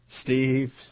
Steve